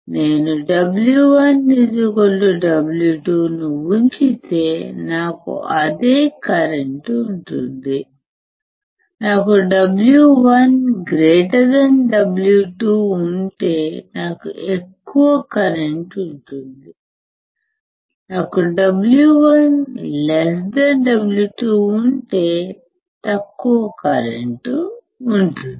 నేను W1W2 ను ఉంచితే నాకు అదే కరెంట్ ఉంటుంది నాకు W1 W2 ఉంటే నాకు ఎక్కువ కరెంట్ ఉంటుంది నాకుW1 W2 ఉంటే నాకు తక్కువ కరెంట్ ఉంటుంది